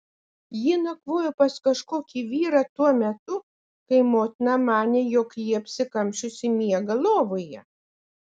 ji nakvojo pas kažkokį vyrą tuo metu kai motina manė jog ji apsikamšiusi miega lovoje